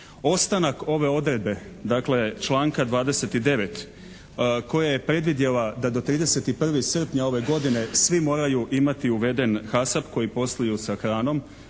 Ostanak ove odredbe dakle članka 29. koja je predvidjela da do 31. srpnja ove godine svi moraju imati uveden «HASAP» koji posluju sa hranom,